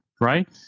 right